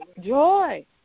Joy